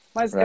Mas